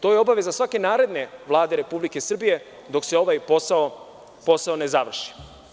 To je obaveza svake naredne Vlade Republike Srbije dok se ovaj posao ne završi.